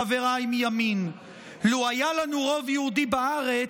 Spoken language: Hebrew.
חבריי מימין: "לו היה לנו רוב יהודי בארץ,